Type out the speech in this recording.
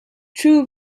true